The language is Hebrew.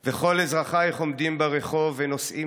/ וכל אזרחייך עומדים ברחוב / ונושאים